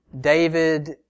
David